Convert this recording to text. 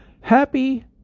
happy